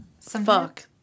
fuck